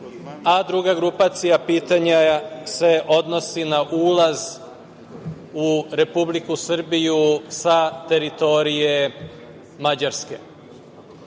a druga grupacija pitanja se odnosi na ulaz u Republiku Srbiju sa teritorije Mađarske? Što